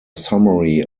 summary